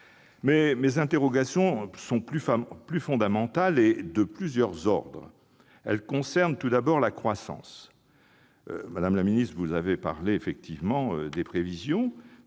Mes interrogations sont plus fondamentales et de plusieurs ordres. Elles concernent, tout d'abord, la croissance. Madame la secrétaire d'État, vous avez parlé des prévisions